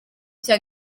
cya